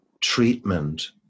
treatment